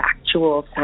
actual